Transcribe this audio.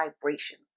vibration